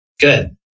Good